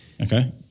Okay